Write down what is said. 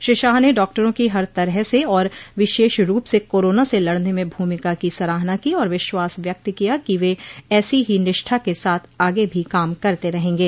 श्री शाह ने डॉक्टरों की हर तरह से और विशेष रूप से कोरोना से लड़ने में भूमिका की सराहना की और विश्वास व्यक्त किया कि वे ऐसी ही निष्ठा के साथ आगे भी काम करते रहेंगे